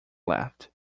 left